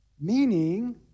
Meaning